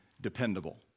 dependable